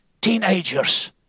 teenagers